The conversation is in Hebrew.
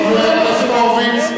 חבר הכנסת הורוביץ.